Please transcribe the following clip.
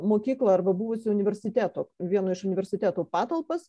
mokyklą arba buvusio universiteto vieno iš universitetų patalpas